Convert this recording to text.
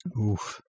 Oof